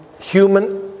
human